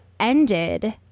Ended